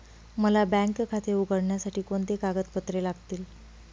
मला बँक खाते उघडण्यासाठी कोणती कागदपत्रे लागतील?